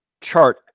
chart